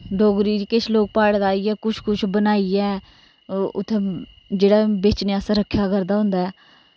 डोगरी च किश लोक प्हाड़ें दा आइयै कुछ कुछ बनाइयै उत्थै जेह्ड़ा बेचने आस्तै रक्खेआ करदा होंदा ऐ